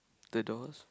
the doors